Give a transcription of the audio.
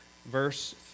Verse